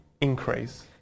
increase